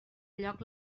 lloc